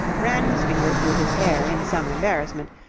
ran his fingers through his hair in some embarrassment,